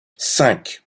cinq